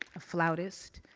a flutist,